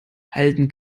halten